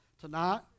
tonight